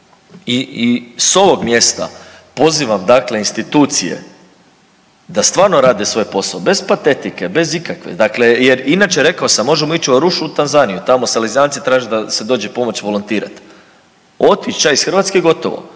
i s ovog mjesta pozivam institucije da stvarno rade svoj posao, bez patetike, bez ikakve dakle jer inače rekao sam možemo ići u Arušu u Tanzaniju, tamo Salezijanci traže da se dođe pomoć volontirat, otić ća ih Hrvatske i gotovo.